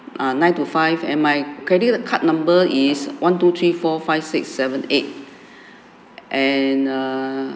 uh nine to five and my credit card number is one two three four five six seven eight and uh